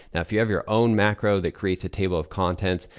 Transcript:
now if you have your own macro that creates a table of contents,